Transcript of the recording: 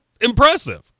impressive